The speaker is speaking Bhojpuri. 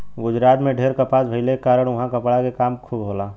गुजरात में ढेर कपास भइले के कारण उहाँ कपड़ा के काम खूब होला